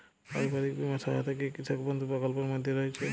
পারিবারিক বীমা সহায়তা কি কৃষক বন্ধু প্রকল্পের মধ্যে রয়েছে?